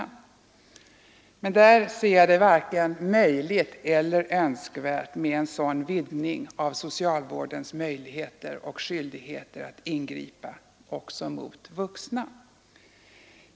Jag ser det dock varken som om det vore möjligt eller önskvärt med en sådan utvidgning av socialvårdens möjlighet och skyldighet att ingripa mot vuxna.